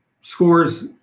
scores